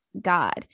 God